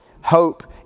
Hope